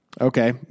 Okay